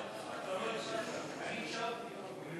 חבר הכנסת דב חנין,